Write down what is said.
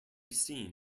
seen